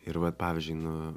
ir vat pavyzdžiui nu